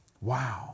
Wow